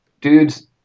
dudes